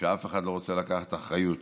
שאף אחד לא רוצה לקחת אחריות.